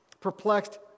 perplexed